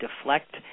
deflect